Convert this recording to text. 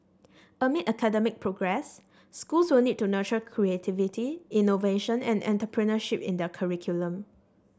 amid academic progress schools will need to nurture creativity innovation and entrepreneurship in their curriculum